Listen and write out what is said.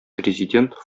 президент